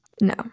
No